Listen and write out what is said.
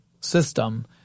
system